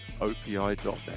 opi.net